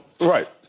Right